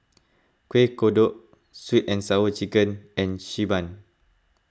Kueh Kodok Sweet and Sour Chicken and Xi Ban